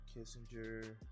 Kissinger